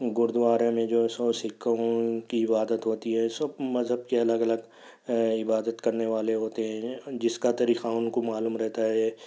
گرودوارہ میں جو ہے سو سکھوں کی عبادت ہوتی ہے سب مذہب کے الگ الگ عبادت کرنے والے ہوتے ہیں جس کا طریقہ ان کو معلوم رہتا ہے